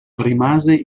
rimase